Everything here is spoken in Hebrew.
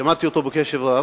שמעתי אותו בקשב רב,